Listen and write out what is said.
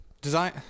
Design